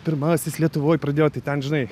pirmasis lietuvoj pradėjo tai ten žinai